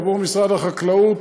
עבור משרד החקלאות,